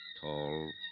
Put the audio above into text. Tall